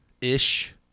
ish